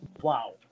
wow